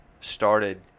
started